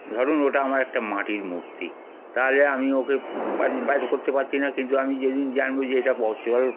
ধরুন ওটা আমার একটা মাটির মূর্তি তাহলে আমি ওকে বাজি বাইরে করতে পারছি না কিন্তু আমি যেদিন জানব যে এটা অচল